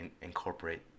incorporate